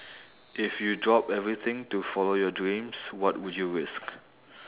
if you drop everything to follow your dreams what would you risk